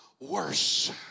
worse